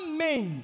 Amen